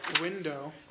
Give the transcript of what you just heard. window